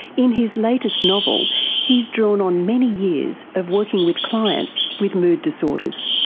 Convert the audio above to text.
in his latest novel he's drawn on many years of working with clients with mood disorders.